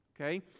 okay